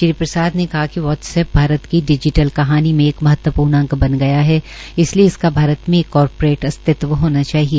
श्री प्रसाद ने कहा कि वाट्सऐप भारत की डिजीटल् कहानी में एक महत्वपूर्ण अंग बन गया है इसलिए इसका भारत में एक कारपोरेट अस्तित्व होना चाहिए